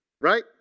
Right